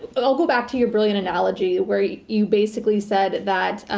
but i'll go back to your brilliant analogy where you you basically said that